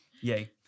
Yay